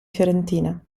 fiorentina